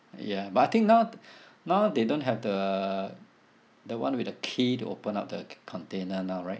ya but I think now now they don't have the the one with the key to open up the c~ container now right